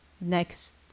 next